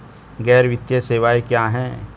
गैर वित्तीय सेवाएं क्या हैं?